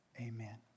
amen